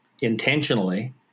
intentionally